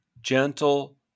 gentle